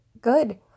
good